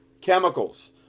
chemicals